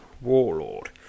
warlord